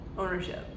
ownership